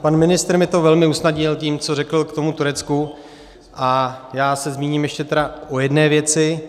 Pan ministr mi to velmi usnadnil tím, co řekl k tomu Turecku, a já se zmíním ještě tedy o jedné věci.